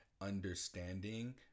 understanding